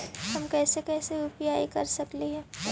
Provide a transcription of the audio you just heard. हम कैसे कैसे यु.पी.आई कर सकली हे?